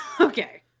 okay